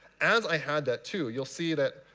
as i had that too, you'll see that